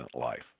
life